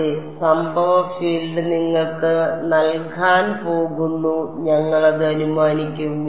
അതെ സംഭവ ഫീൽഡ് നിങ്ങൾക്ക് നൽകാൻ പോകുന്നു ഞങ്ങൾ അത് അനുമാനിക്കും